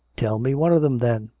tell me one of them, then.